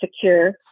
secure